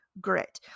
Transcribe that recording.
grit